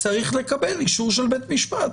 צריך לקבל אישור של בית משפט